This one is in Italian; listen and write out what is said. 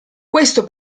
questo